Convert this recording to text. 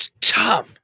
Tom